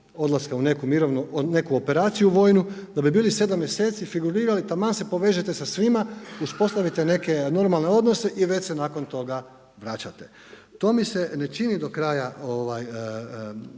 odlaska u neku operaciju vojnu da bi bili 7 mjeseci, figurirali, taman se povežete sa svima, uspostavite neke normalne odnose i već se nakon toga vraćate. To mi se ne čini do kraja